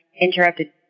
interrupted